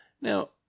Now